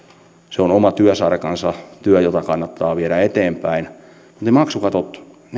ovat oma työsarkansa työ jota kannattaa viedä eteenpäin ne maksukatot eivät muutu